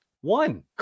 one